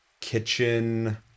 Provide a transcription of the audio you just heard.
kitchen